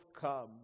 come